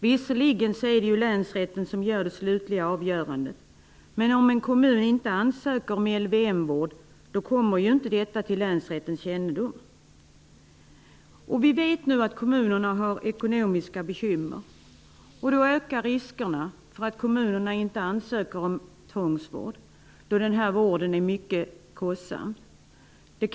Visserligen är det länsrätten som tar det slutliga avgörandet, men om en kommun inte ansöker om LVM-vård kommer inte detta till länsrättens kännedom. Vi vet nu att kommunerna har ekonomiska bekymmer. Då ökar riskerna för att kommunerna inte ansöker om tvångsvård, då vården är mycket kostsam.